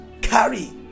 carry